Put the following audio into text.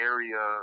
Area